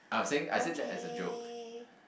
okay